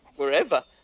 wherever.